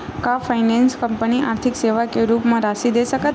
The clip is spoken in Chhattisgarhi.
का फाइनेंस कंपनी आर्थिक सेवा के रूप म राशि दे सकत हे?